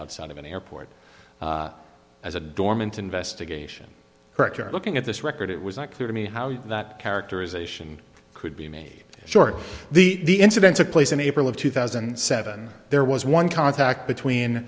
outside of an airport as a dormant investigation correct you're looking at this record it was not clear to me how you that characterization could be made short the incident took place in april of two thousand and seven there was one contact between